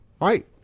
right